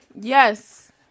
Yes